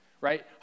right